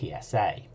PSA